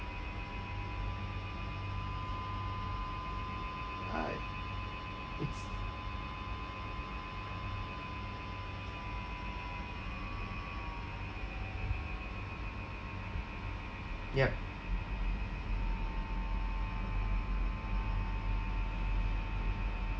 I is yup